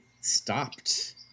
stopped